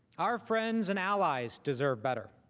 our friends and allies deserve better